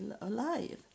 alive